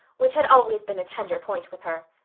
which had always been a tender point with her.